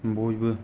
बयबो